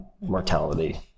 mortality